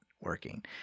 working